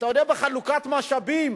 אתה יודע שבחלוקת משאבים